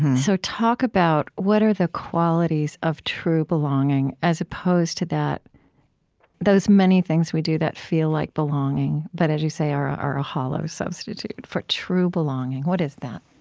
so talk about what are the qualities of true belonging, as opposed to those many things we do that feel like belonging but, as you say, are are a hollow substitute for true belonging. what is that?